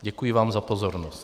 Děkuji vám za pozornost.